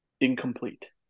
Incomplete